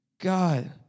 God